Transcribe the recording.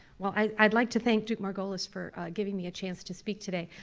well i'd like to thank duke-margolis for giving me a chance to speak today.